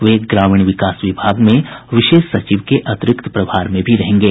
वे ग्रामीण विकास विभाग में विशेष सचिव के अतिरिक्त प्रभार में भी रहेंगे